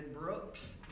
Brooks